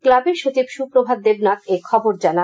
ক্লাবের সচিব সুপ্রভাত দেবনাখ এথবর জানান